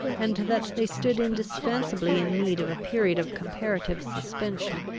and that they stood indispensably in need of a period of comparative suspension.